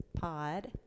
pod